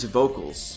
vocals